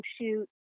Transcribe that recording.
shoot